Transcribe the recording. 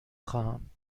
خواهم